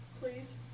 Please